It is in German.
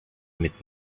mit